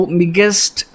biggest